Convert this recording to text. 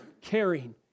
caring